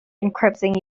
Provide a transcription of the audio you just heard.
encrypting